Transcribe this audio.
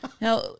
Now